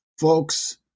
Folks